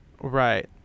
Right